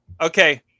Okay